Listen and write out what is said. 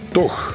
toch